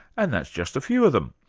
and that's just a few of them.